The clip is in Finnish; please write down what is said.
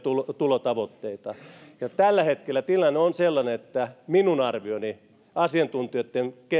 tulotavoitteita tällä hetkellä tilanne on sellainen että minun arvioni asiantuntijoitten